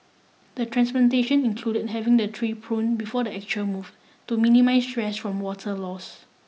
the transplantation included having the tree prune before the actual move to minimise stress from water loss